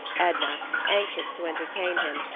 edna, anxious to entertain him,